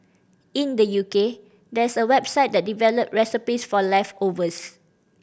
in the U K there's a website that develop recipes for leftovers